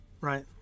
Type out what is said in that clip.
right